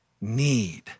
need